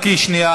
חכי שנייה.